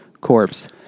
corpse